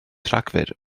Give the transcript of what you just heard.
rhagfyr